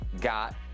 got